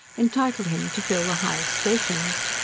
entitle him to fill the highest stations.